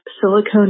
silicone